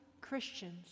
Christians